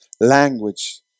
language